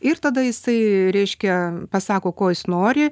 ir tada jisai reiškia pasako ko jis nori